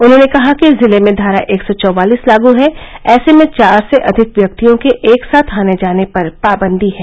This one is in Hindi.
उन्होंने कहा कि जिले में धारा एक सौ चौवालिस लागू है ऐसे में चार से अधिक व्यक्तियों के एक साथ आने जाने पर पाबंदी है